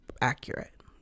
accurate